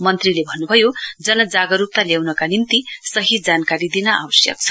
मन्त्रीले भन्नुभयो जनजागरूकता ल्याउनका निम्ति सही जानकारी दिन आवश्यक छ